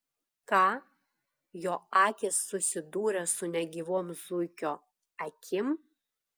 ką jo akys susidūrė su negyvom zuikio akim